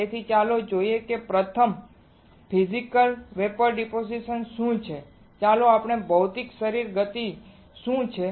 તેથી ચાલો જોઈએ કે પ્રથમ ફિઝિકલ વેપોર ડીપોઝીશન શું છે ચાલો આપણે જોઈએ કે ભૌતિક શરીરની ગતિ શું છે